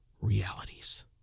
realities